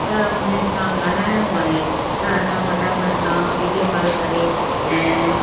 त उन सां ॻाल्हाइणो आहे त असां फटाफट सां वीडियो कॉल करे ऐं